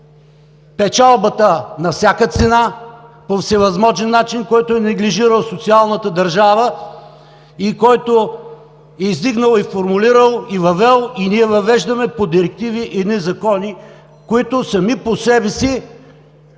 печалбата на всяка цена, по всевъзможен начин, който е неглижирал социалната държава и който е издигнал, въвел и формулирал, и ние въвеждаме по директиви и едни закони, които сами по себе си,